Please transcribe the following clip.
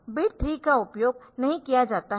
bit 3 का उपयोग नहीं किया जाता है